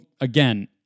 again